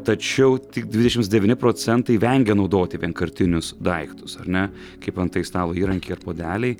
tačiau tik dvidešimts devyni procentai vengia naudoti vienkartinius daiktus ar ne kaip antai stalo įrankiai ar puodeliai